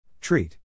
Treat